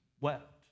wept